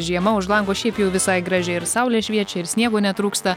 žiema už lango šiaip jau visai graži ir saulė šviečia ir sniego netrūksta